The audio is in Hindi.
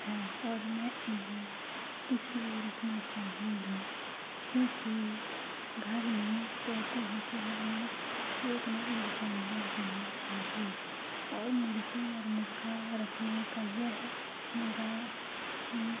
है और मैं इन्हें इस लिए रखना चाहूँगी क्योंकि घर में कहते हैं कि घर में एक ना एक जानवर होना चाहिए और मुर्ग़ी और मुर्ग़ रखने का यह मेरा